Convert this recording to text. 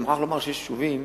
אני מוכרח לומר שיש יישובים